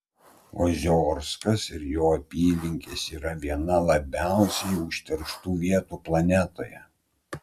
oziorskas ir jo apylinkės yra viena labiausiai užterštų vietų planetoje